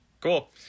Cool